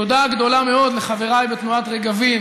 תודה גדולה מאוד לחבריי בתנועת רגבים,